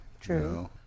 True